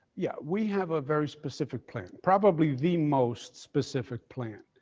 yeah. we have a very specific plan, probably the most specific plan,